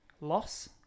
loss